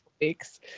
Weeks